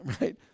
right